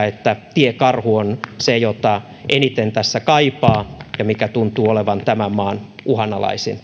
että tiekarhu on se jota eniten tässä kaipaa ja joka tuntuu olevan tämän maan uhanalaisin